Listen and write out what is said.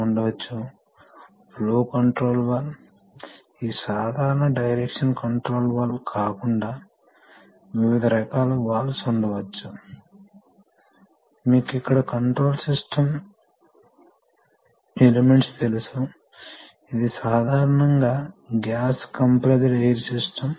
ఇప్పటివరకు pressure control మరియు flow control కాకుండా మనం ఎక్కువగా వాల్వ్ లను చూశాము ఇక్కడ ద్రవం యొక్క దిశ మార్చబడుతుంది కాబట్టి మనము ప్రధానంగా డైరెక్షనల్ వాల్వ్స్ చూశాము